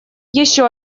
еще